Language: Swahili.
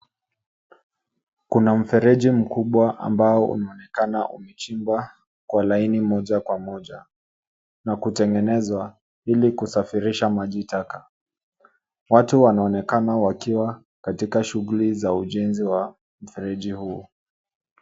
Kuna mfereji mkubwa ambao umeonekana umechimbwa kwa laini moja kwa moja na kutengenezwa ili kusafirisha maji taka. Watu wanaonekana wakiwa katika shughuli za ujenzi wa mfereji huu.